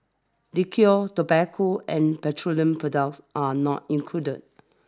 liquor tobacco and petroleum products are not included